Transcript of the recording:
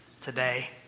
today